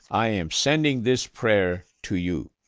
i am sending this prayer to you.